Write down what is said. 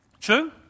True